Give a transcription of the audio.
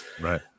Right